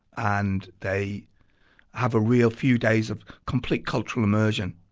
and they have a real few days of complete cultural immersion.